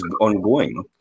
ongoing